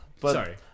Sorry